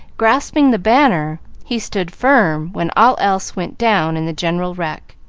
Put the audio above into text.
grasping the banner, he stood firm when all else went down in the general wreck,